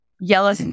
yellow